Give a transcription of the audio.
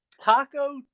Taco